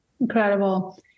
Incredible